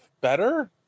better